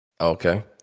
Okay